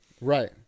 right